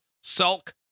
sulk